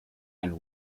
and